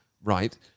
right